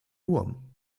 wurm